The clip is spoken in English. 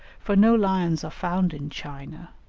for no lions are found in china,